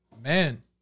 man